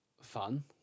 fun